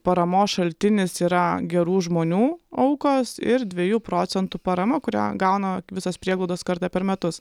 paramos šaltinis yra gerų žmonių aukos ir dviejų procentų parama kurią gauna visos prieglaudos kartą per metus